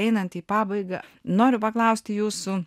einant į pabaigą noriu paklausti jūsų